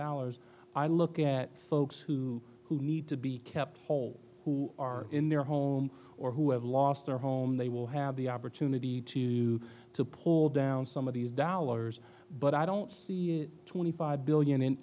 dollars i look at folks who who need to be kept whole who are in their home or who have lost their home they will have the opportunity to to pull down some of these dollars but i don't see twenty five billion in